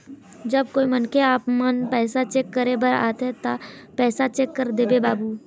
जब कोई मनखे आपमन पैसा चेक करे बर आथे ता पैसा चेक कर देबो बाबू?